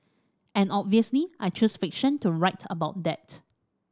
and obviously I choose fiction to write about that